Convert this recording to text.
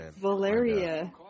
Valeria